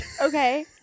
okay